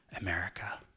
America